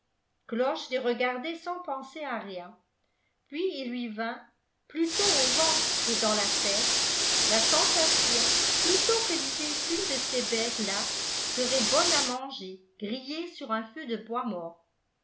les regardait sans penser à rien puis il lui vint plutôt au ventre que dans la tête la sensation plutôt que l'idée qu'une de ces bêtes ià serait bonne à manger grillée sur un feu de bois mort